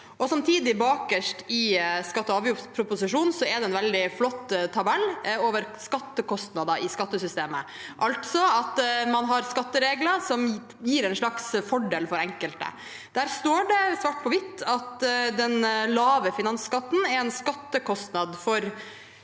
Samtidig, bakerst i skatte- og avgiftsproposisjonen, er det en veldig flott tabell over skattekostnader i skattesystemet, altså at man har skatteregler som gir en slags fordel for enkelte. Der står det svart på hvitt at den lave finansskatten er en skattekostnad for